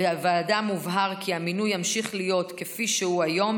בוועדה מובהר כי המינוי ימשיך להיות כפי שהוא היום,